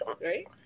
right